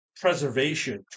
preservation